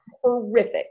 horrific